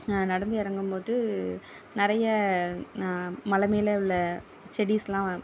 நடந்து இறங்கும் போது நிறைய மலை மேலே உள்ள செடிஸ்லாம்